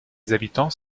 habitants